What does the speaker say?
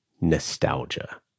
nostalgia